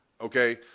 Okay